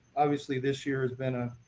obviously this year has been ah